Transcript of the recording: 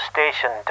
Station